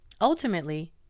Ultimately